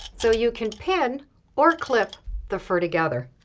so you can pin or clip the fur together.